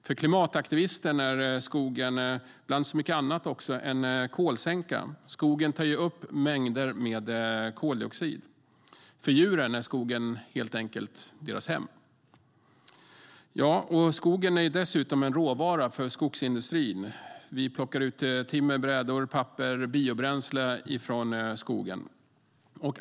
För klimataktivisten är skogen, bland så mycket annat, en kolsänka - skogen tar ju upp mängder med koldioxid. För djuren är skogen helt enkelt deras hem. Skogen är dessutom en råvara för skogsindustrin; vi plockar ut timmer, brädor, papper och biobränsle från skogen.